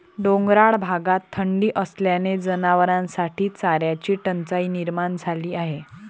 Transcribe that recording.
डोंगराळ भागात थंडी असल्याने जनावरांसाठी चाऱ्याची टंचाई निर्माण झाली आहे